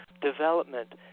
development